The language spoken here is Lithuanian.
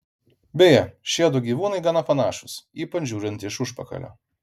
beje šiedu gyvūnai gana panašūs ypač žiūrint iš užpakalio